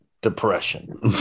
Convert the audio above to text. depression